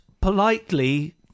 politely